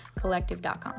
collective.com